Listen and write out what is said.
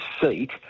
seat